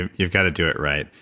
and you've got to do it right.